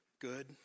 Good